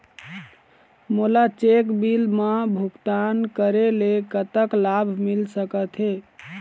मोला cheque bill मा भुगतान करेले कतक लाभ मिल सकथे?